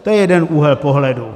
To je jeden úhel pohledu.